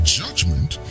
judgment